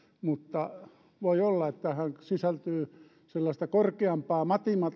mutta voi olla että tähän sisältyy sellaista korkeampaa